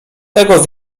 tego